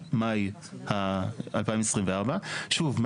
עד מאי 2024. שוב,